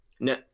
No